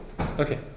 Okay